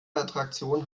attraktion